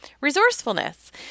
Resourcefulness